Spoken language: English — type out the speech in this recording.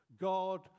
God